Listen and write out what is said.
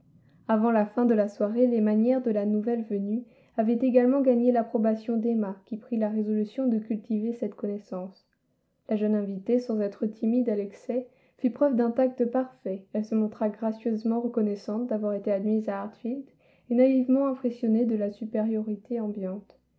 avant la fin de la soirée les manières de la nouvelle venue avaient également gagné l'approbation d'emma qui prit la résolution de cultiver cette connaissance la jeune invitée sans être timide à l'excès fit preuve d'un tact parfait elle se montra gracieusement reconnaissante d'avoir été admise à hartfield et naïvement impressionnée de la supériorité ambiante